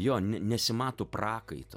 jo nesimato prakaito